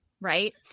right